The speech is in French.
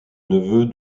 neveu